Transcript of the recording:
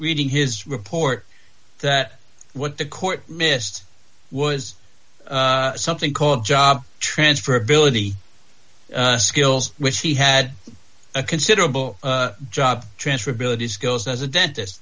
reading his report that what the court missed was something called job transfer ability skills which he had a considerable job transferability skills as a dentist